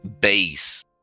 base